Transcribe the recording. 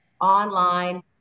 online